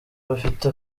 bafite